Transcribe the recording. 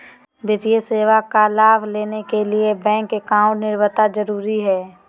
वित्तीय सेवा का लाभ लेने के लिए बैंक अकाउंट अनिवार्यता जरूरी है?